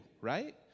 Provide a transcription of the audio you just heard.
right